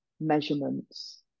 measurements